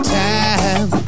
time